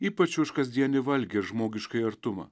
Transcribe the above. ypač už kasdienį valgį ir žmogiškąjį artumą